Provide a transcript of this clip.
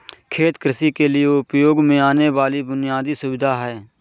खेत कृषि के लिए उपयोग में आने वाली बुनयादी सुविधा है